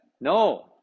No